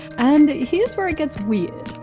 and here's where it gets weird.